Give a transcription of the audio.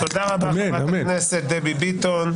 תודה רבה, חברת הכנסת דבי ביטון.